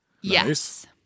Yes